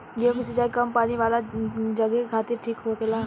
गेंहु के सिंचाई कम पानी वाला जघे खातिर ठीक होखेला